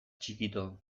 txikito